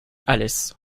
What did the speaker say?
alès